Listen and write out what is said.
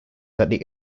that